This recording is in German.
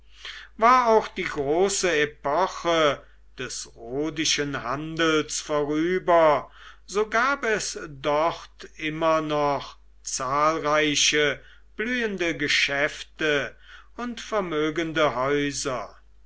war auch die große epoche des rhodischen handels vorüber so gab es dort immer noch zahlreiche blühende geschäfte und vermögende häuser